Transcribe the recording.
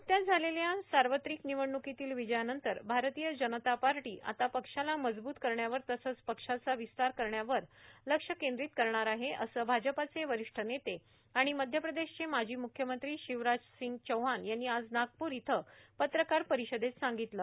नुकत्याच झालेल्या सार्वत्रिक निवडणुक्रीतील विजयानंतर भारतीय जनता पार्टी आता पक्षाला मजवूत करण्यावर तसंच पक्षाचा विस्तार करण्यावर लक्ष केंद्रीत करणार आहे असं भाजपाचे वरिष्ठ नेते आणि मध्य प्रदेशचे माजी मुख्यमंत्री शिवराजसिंग चौहान यांनी आज नागपूर इथं पत्रकार परिषदेत सांगितलं